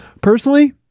personally